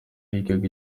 yigaga